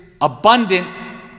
abundant